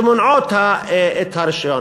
שמונעות את הרישיון.